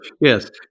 Yes